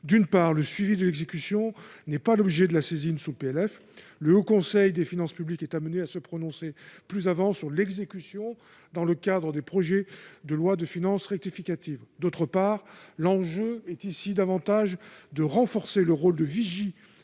D'une part, le suivi de l'exécution n'est pas l'objet de la saisine sur le PLF. Le Haut Conseil des finances publiques est amené à se prononcer plus avant sur l'exécution dans le cadre des projets de lois de finances rectificatives. D'autre part, l'enjeu est ici davantage de renforcer le rôle de vigie